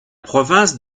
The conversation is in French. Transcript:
province